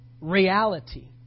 Reality